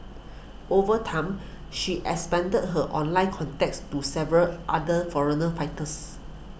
over time she expanded her online contacts to several other foreigner fighters